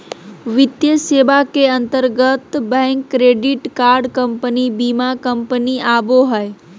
वित्तीय सेवा के अंतर्गत बैंक, क्रेडिट कार्ड कम्पनी, बीमा कम्पनी आवो हय